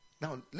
Now